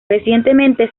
recientemente